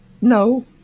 No